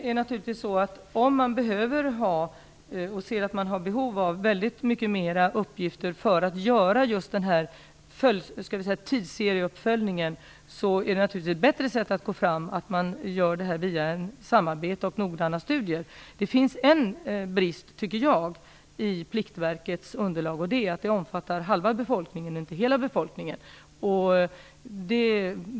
Fru talman! Om man ser att man har behov av väldigt mycket mer uppgifter för tidsserieuppföljningen, är det naturligtvis bättre att detta görs via ett samarbete och noggranna studier. Jag tycker att det finns en brist i Pliktverkets underlag, och det är att det omfattar halva, inte hela, befolkningen.